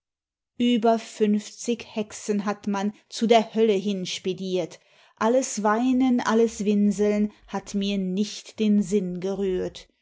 über fünfzig hexen hat man zu der hölle hinspediert alles weinen alles winseln hat mir nicht den sinn gerührt